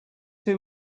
too